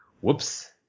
Whoops